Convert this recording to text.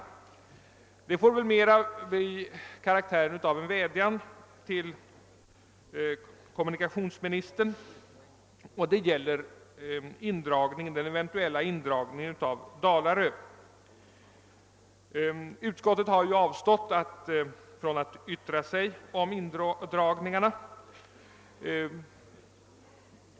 Kommentaren får väl mera karaktären av en vädjan till kommunikationsministern. Det gäller den eventuella indragningen av Dalarö lotsstation. Utskottet har avstått från att yttra sig om indragningarna.